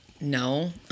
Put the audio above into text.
No